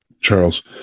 Charles